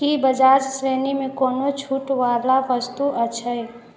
की बजाज श्रेणीमे कोनो छूट वला वस्तु अछि